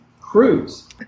cruise